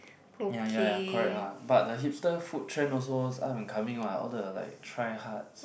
ya ya ya correct lah but the hipster food trend also up and coming lah all the like try hards